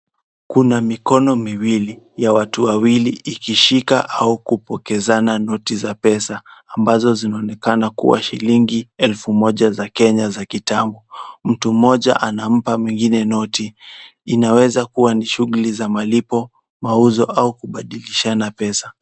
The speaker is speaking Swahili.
Kuna mikono miwili ya watu wawili, ikishika au kupokezana noti za pesa ambazo zinaonekana kuwa shilingi elfu moja za Kenya za kitambo. Mtu mmoja anampa mwingine noti. Inaweza kuwa ni shughuli za malipo, mauzo au kubadilishana pesa.